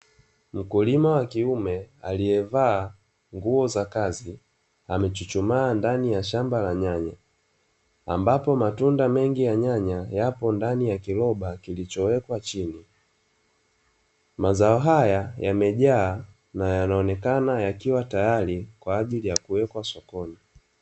Mkulima wa kiume aliyevaa nguo za kazi amechuchumaa ndani ya shamba la nyanya, ambapo matunda mengi ya nyanya yapo ndani ya kiroba kilichowekwa chini, mazao haya yamejaa na yanaonekana yakiwa tayari kwa ajili ya kuwekwa sokoni.